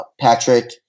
patrick